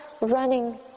running